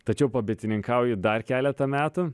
tačiau pabitininkauji dar keletą metų